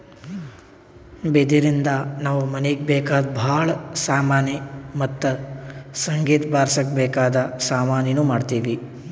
ಬಿದಿರಿನ್ದ ನಾವ್ ಮನೀಗ್ ಬೇಕಾದ್ ಭಾಳ್ ಸಾಮಾನಿ ಮತ್ತ್ ಸಂಗೀತ್ ಬಾರ್ಸಕ್ ಬೇಕಾದ್ ಸಾಮಾನಿನೂ ಮಾಡ್ತೀವಿ